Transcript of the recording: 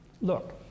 look